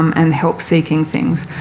um and help seeking things.